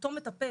אותו מטפל.